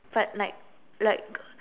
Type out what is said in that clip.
but like like